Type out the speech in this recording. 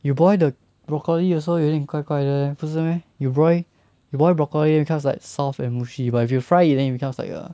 you boil the broccoli also 有点怪怪的 leh 不是 meh you boil broccoli becomes like soft and mushy but if you fry it then it becomes like a